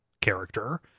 character